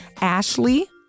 Ashley